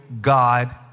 God